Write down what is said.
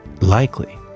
likely